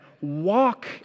walk